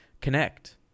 Connect